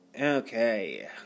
Okay